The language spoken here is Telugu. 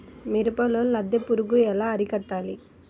మిరపలో లద్దె పురుగు ఎలా అరికట్టాలి?